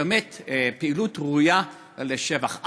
באמת פעילות ראויה לשבח.